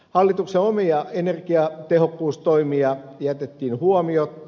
hallituksen omia energiatehokkuustoimia jätettiin huomiotta